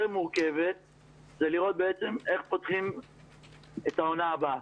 מורכבת זה לראות בעצם איך פותחים את העונה הבאה.